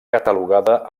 catalogada